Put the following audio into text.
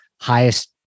highest